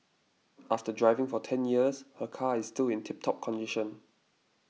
after driving for ten years her car is still in tip top condition